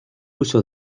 uso